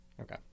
Okay